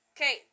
Okay